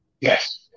yes